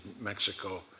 Mexico